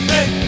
Hey